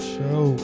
Show